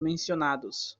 mencionados